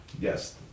Yes